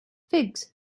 figs